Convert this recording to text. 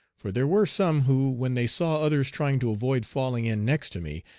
for there were some who, when they saw others trying to avoid falling in next to me,